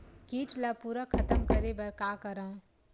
कीट ला पूरा खतम करे बर का करवं?